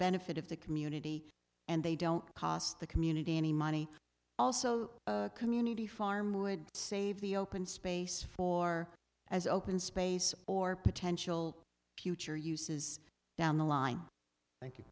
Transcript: benefit of the community and they don't cost the community any money also a community farm would save the open space for as open space or potential future uses down the line